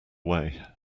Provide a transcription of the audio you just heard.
way